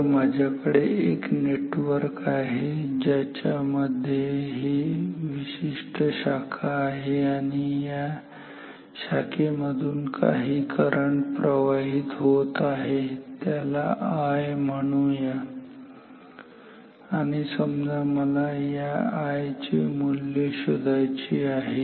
तर माझ्याकडे एक नेटवर्क आहे ज्यामध्ये हे एक विशिष्ट शाखा आहे आणि त्या शाखेमधून काही करंट प्रवाहित होत आहे त्याला I म्हणूया आणि समजा मला या I चे मूल्य शोधायचे आहे